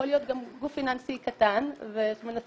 יכול להיות גם גוף פיננסי קטן שמנסה